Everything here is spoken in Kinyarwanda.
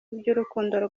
iby’urukundo